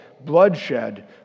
bloodshed